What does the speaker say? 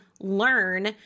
learn